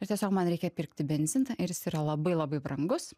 ir tiesiog man reikia pirkti benziną ir jis yra labai labai brangus